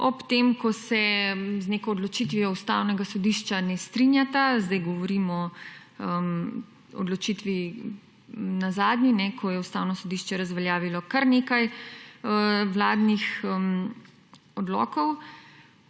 ob tem ko se z neko odločitvijo ustavnega sodišča ne strinjata, zdaj govorim o odločitvi nazadnje, ne, ko je ustavno sodišče razveljavilo kar nekaj vladnih odlokov,